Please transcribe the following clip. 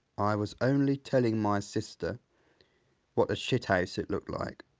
i was only telling my sister what a shithouse it looked like.